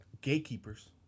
gatekeepers